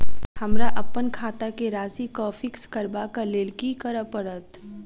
हमरा अप्पन खाता केँ राशि कऽ फिक्स करबाक लेल की करऽ पड़त?